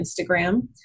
Instagram